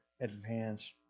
advance